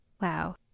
Wow